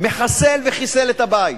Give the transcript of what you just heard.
מחסל וחיסל את הבית.